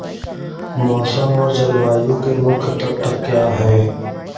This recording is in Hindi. मौसम और जलवायु के मुख्य तत्व क्या हैं?